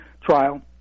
trial